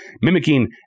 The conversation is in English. mimicking